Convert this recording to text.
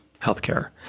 healthcare